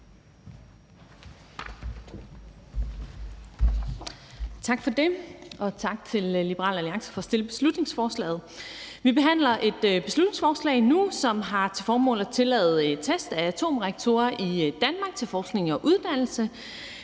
Tak for det, og tak til Liberal Alliance for at fremsætte beslutningsforslaget. Vi behandler et beslutningsforslag nu, som har til formål at tillade test af atomreaktorer i Danmark til forskning og uddannelse.